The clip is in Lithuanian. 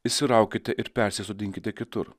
išsitraukite ir persisodinkite kitur